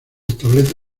establece